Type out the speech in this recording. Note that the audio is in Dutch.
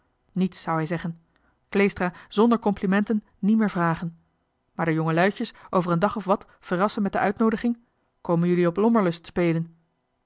niets zou hij zeggen kleestra zonder complimenten nie meer vragen maar de jongeluitjes over een dag of wat verrassen met de uitnoodiging komen jullie op lommerlust spelen